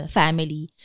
family